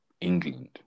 England